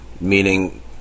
meaning